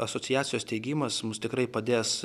asociacijos steigimas mums tikrai padės